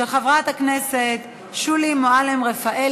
של חברת הכנסת שולי מועלם-רפאלי.